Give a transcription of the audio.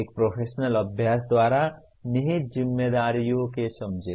एक प्रोफेशनल अभ्यास द्वारा निहित जिम्मेदारियों को समझें